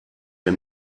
der